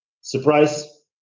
Surprise